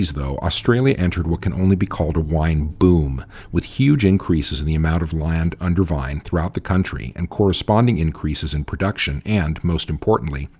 though, australia entered what can only be called a wine boom with huge increases in the amount of land under vine throughout the country and corresponding increases in production and, most importantly,